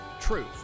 Truth